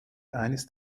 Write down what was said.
eines